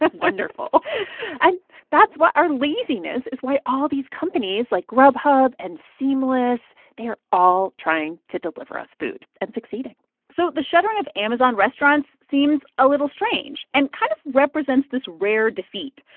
but wonderful and that's our laziness is why all these companies, like grubhub and seamless they are all trying to deliver us food, and succeeding so the shuttering of amazon restaurants seems a little strange and kind of represents this rare defeat.